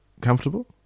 comfortable